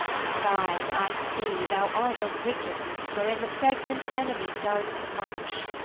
disguise, i see thou art a wickedness, wherein the pregnant enemy does much.